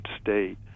state